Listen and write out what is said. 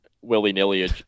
willy-nilly